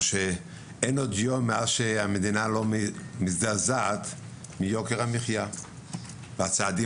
שאין עוד יום מאז שהמדינה לא מזדעזעת מיוקר המחיה והצעדים